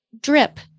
drip